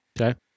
Okay